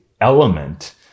element